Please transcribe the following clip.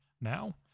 now